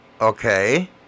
Okay